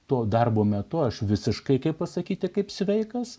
to darbo metu aš visiškai kaip pasakyti kaip sveikas